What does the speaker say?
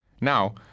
Now